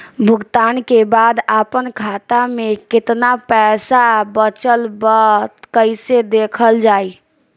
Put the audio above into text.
भुगतान के बाद आपन खाता में केतना पैसा बचल ब कइसे देखल जाइ?